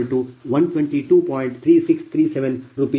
3637 Rshr